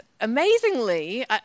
amazingly